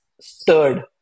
stirred